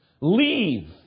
Leave